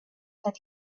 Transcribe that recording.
that